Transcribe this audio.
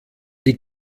die